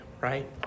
right